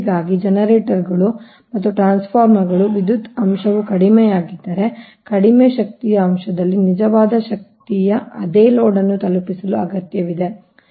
ಹೀಗಾಗಿ ಜನರೇಟರ್ಗಳು ಮತ್ತು ಟ್ರಾನ್ಸ್ಫಾರ್ಮರ್ಗಳು ವಿದ್ಯುತ್ ಅಂಶವು ಕಡಿಮೆಯಾಗಿದ್ದರೆ ಕಡಿಮೆ ಶಕ್ತಿಯ ಅಂಶದಲ್ಲಿ ನಿಜವಾದ ಶಕ್ತಿಯ ಅದೇ ಲೋಡ್ ಅನ್ನು ತಲುಪಿಸಲು ಅಗತ್ಯವಿದೆ